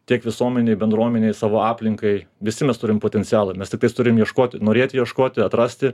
tiek visuomenei bendruomenei savo aplinkai visi mes turim potencialą mes tiktais turim ieškoti norėti ieškoti atrasti